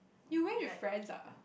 you went with friends ah